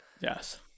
Yes